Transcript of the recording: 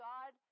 God